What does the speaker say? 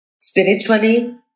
Spiritually